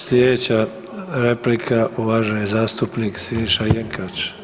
Sljedeća replika uvaženi zastupnik Siniša Jenkač.